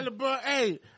hey